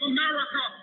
America